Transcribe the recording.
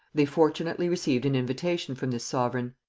they fortunately received an invitation from this sovereign.